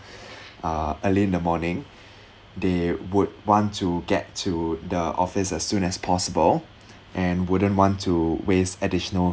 uh early in the morning they would want to get to the office as soon as possible and wouldn't want to waste additional